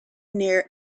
near